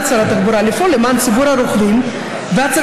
שר התחבורה לפעול למען ציבור הרוכבים והצרכנים,